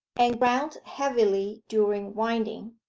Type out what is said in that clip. and ground heavily during winding.